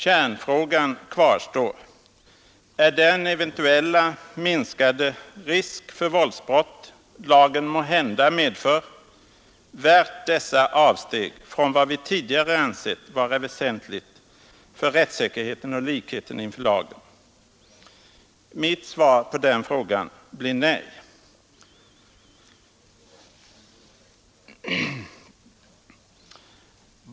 Kärnfrågan kvarstår: Är den eventuella minskade risk för våldsbrott lagen måhända medför värd dessa avsteg från vad vi tidigare ansett vara väsentligt för rättssäkerheten och likheten inför lagen? Mitt svar på den frågan blir nej.